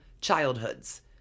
childhoods